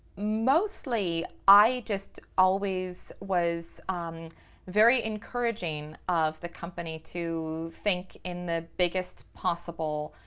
mostly, i just always was very encouraging of the company to think in the biggest possible